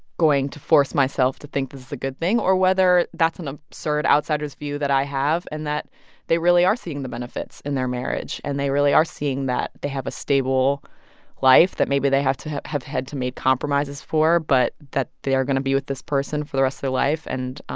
going to force myself to think this is a good thing, or whether that's an ah absurd outsider's view that i have and that they really are seeing the benefits in their marriage, and they really are seeing that they have a stable life that maybe they have to have have had to make compromises for, but that they are going to be with this person for the rest of their life and